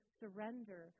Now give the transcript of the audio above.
surrender